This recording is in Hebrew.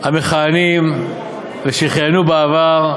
המכהנים ושכיהנו בעבר,